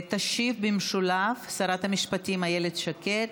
תשיב במשולב שרת המשפטים איילת שקד.